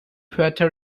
puerto